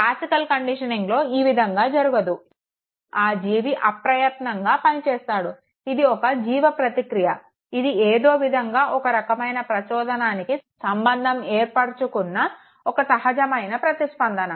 classical కండిషనింగ్లో ఈ విధంగా జరుగదు ఆ జీవి అప్రయత్నంగా పని చేస్తాడు ఇది ఒక జీవప్రతిక్రియ ఇది ఏదో విధంగా ఒక రకమైన ప్రచోదనానికి సంబంధం ఏర్పరుచుకున్న ఒక సహజమైన ప్రతిస్పందన